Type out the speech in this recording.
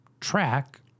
track